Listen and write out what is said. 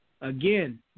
Again